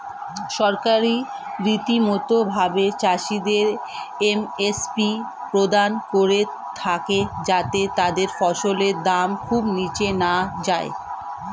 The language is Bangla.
সরকার রীতিমতো ভাবে চাষিদের এম.এস.পি প্রদান করে থাকে যাতে তাদের ফসলের দাম খুব নীচে না যায়